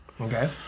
Okay